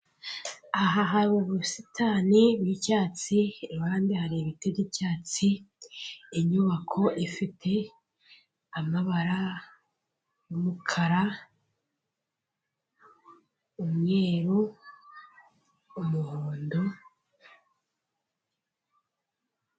Aha hari ubusitani bw'icyatsi, iruhande hari ibiti by'icyatsi, inyubako ifite amabara y'umukara, umweru, umuhondo